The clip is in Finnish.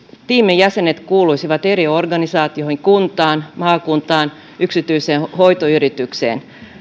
tiimin jäsenet kuuluisivat eri organisaatioihin kuntaan maakuntaan yksityiseen hoitoyritykseen